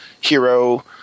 hero